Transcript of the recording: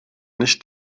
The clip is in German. nicht